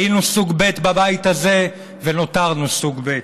היינו סוג ב' בבית הזה ונותרנו סוג ב'